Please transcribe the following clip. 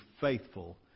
faithful